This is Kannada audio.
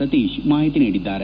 ಸತೀಶ್ ಮಾಹಿತಿ ನೀಡಿದ್ದಾರೆ